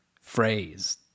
phrase